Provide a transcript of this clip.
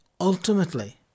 ultimately